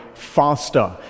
Faster